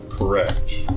Correct